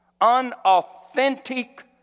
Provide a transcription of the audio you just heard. unauthentic